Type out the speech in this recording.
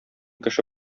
кеше